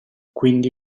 quindi